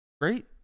Great